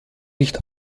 nicht